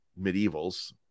medievals